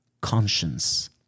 conscience